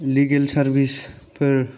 legal सारभिसफोर